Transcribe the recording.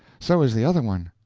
so is the other one.